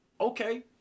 okay